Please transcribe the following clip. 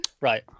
right